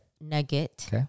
nugget